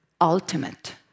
ultimate